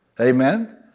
Amen